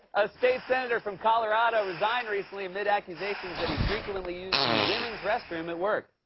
a state senator from colorado resigned recently amid accusations that he frequently used the women's restroom at work.